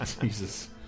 Jesus